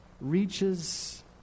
reaches